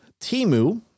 Timu